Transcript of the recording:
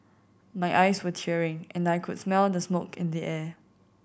my eyes were tearing and I could smell the smoke in the air